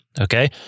Okay